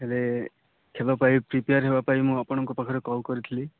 ହେଲେ ଖେଳ ପାଇଁ ପ୍ରିପେୟାର୍ ହେବା ପାଇଁ ମୁଁ ଆପଣଙ୍କ ପାଖରେ କଲ୍ କରିଥିଲି